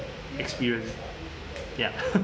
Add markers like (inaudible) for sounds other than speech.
experience ya (laughs)